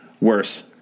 Worse